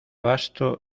vasto